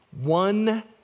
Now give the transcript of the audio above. One